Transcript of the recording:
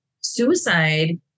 suicide